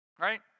right